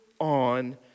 on